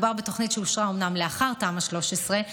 מדובר בתוכנית שאושרה אומנם לאחר תמ"א 13,